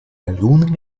algún